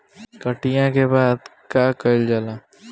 कटिया के बाद का कइल जाला?